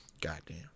Goddamn